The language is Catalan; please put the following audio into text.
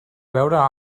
veure